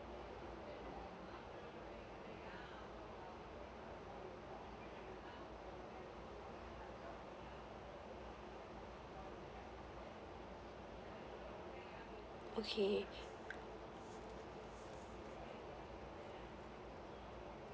okay